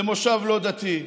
למושב לא דתי,